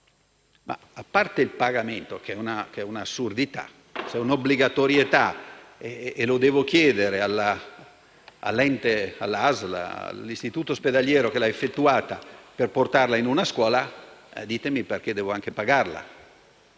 Ma a parte il pagamento, che è un'assurdità, se c'è una obbligatorietà, e devo chiedere quella certificazione alla ASL o all'istituto ospedaliero che l'ha effettuata per portarla in una scuola, perché devo anche pagarla?